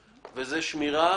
הוא שמירה